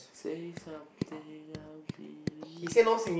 say something I'm giving up on